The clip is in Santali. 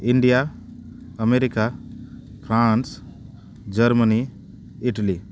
India America France Germany Italy